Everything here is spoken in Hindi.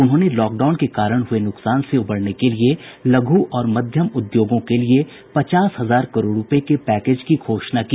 उन्होंने लॉकडाउन के कारण हुए नुकसान से उबरने के लिये लघु और मध्यम उद्योगों के लिए पचास हजार करोड़ रुपये के पैकेज की घोषणा की